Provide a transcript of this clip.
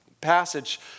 passage